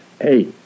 Hey